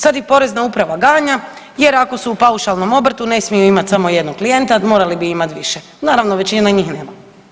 Sad ih porezna uprava ganja jer ako su u paušalnom obrtu ne smiju imat samo jednog klijenta, morali bi imat više, naravno većina njih nema.